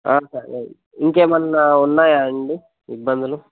సరే ఇంకేమన్నా ఉన్నాయా అండి ఇబ్బందులు